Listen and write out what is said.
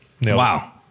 Wow